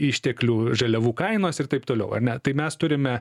išteklių žaliavų kainos ir taip toliau ar ne tai mes turime